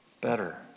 better